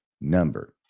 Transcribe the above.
number